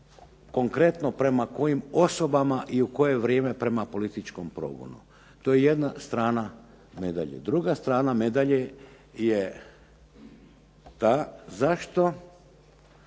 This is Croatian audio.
konkretno prema kojim osobama i u koje vrijeme prema političkom progonu. To je jedna strana medalje. Druga strana medalje je ta zašto